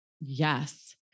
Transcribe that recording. Yes